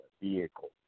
vehicle